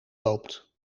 loopt